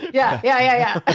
yeah yeah, yeah.